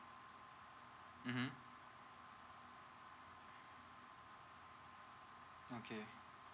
mmhmm okay oh